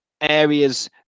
areas